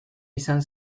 izan